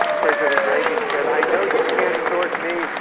president reagan said, i know you can't endorse me,